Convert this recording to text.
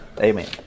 Amen